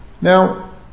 now